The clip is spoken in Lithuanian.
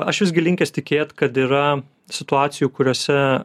aš visgi linkęs tikėt kad yra situacijų kuriose